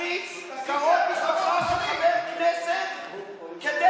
בן גביר לעומתך הוא גזען קטן, מה,